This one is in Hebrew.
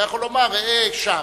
אתה יכול לומר: ראה שם.